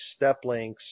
Steplinks